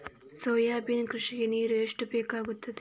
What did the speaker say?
Soybean ಕೃಷಿಗೆ ನೀರು ಎಷ್ಟು ಬೇಕಾಗುತ್ತದೆ?